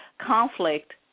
conflict